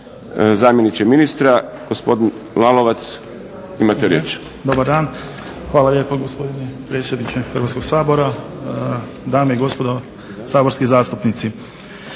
zamjeniče ministre, gospodin Lalovac imate riječ. **Lalovac, Boris** Dobar dan. Hvala lijepo, gospodine predsjedniče Hrvatskoga sabora. Dame i gospodo saborski zastupnici.